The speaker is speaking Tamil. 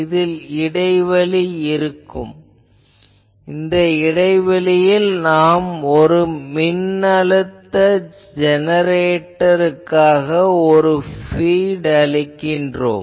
இதில் இடைவெளி இருக்கும் இந்த இடைவெளியில் நாம் மின்னழுத்த ஜெனரேட்டருக்காக ஒரு பீட் அளிக்கிறோம்